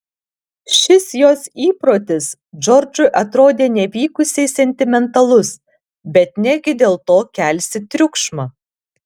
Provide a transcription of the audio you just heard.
šis jos įprotis džordžui atrodė nevykusiai sentimentalus bet negi dėl to kelsi triukšmą